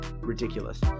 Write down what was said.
Ridiculous